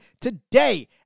today